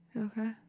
Okay